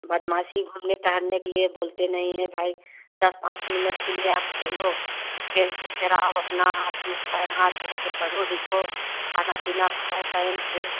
बदमाशी घूमने टहरने के लिए बोलते नहीं है भाई दस पाँच मिनट के लिए आप खेलो खेल के फिर आओ अपना हाथ मुँह पैर हाथ धो के पढ़ो लिखो खाना पीना खाओ टाइम से